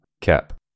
Cap